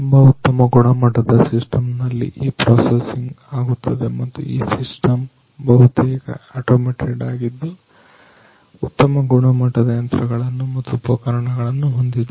ತುಂಬಾ ಉತ್ತಮ ಗುಣಮಟ್ಟದ ಸಿಸ್ಟಮ್ ನಲ್ಲಿ ಈ ಪ್ರೋಸಸಿಂಗ್ ಆಗುತ್ತದೆ ಮತ್ತು ಈ ಸಿಸ್ಟಮ್ ಬಹುತೇಕ ಆಟೋಮೇಟೆಡ್ ಆಗಿದ್ದು ಉತ್ತಮ ಗುಣಮಟ್ಟದ ಯಂತ್ರಗಳನ್ನ ಮತ್ತು ಉಪಕರಣಗಳನ್ನು ಹೊಂದಿದೆ